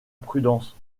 prudence